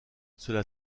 cela